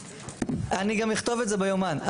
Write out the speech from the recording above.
אני גם אכתוב את זה ביומן.